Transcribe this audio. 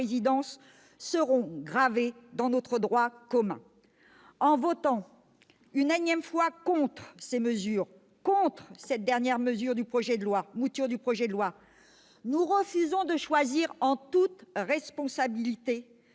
seront gravées dans notre droit commun. En votant une énième fois contre ces dispositions, contre cette dernière mouture du projet de loi, nous refusons de choisir, en toute responsabilité,